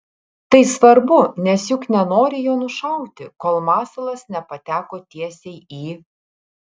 tai svarbu nes juk nenori jo nušauti kol masalas nepateko tiesiai į